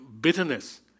bitterness